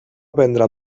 prendre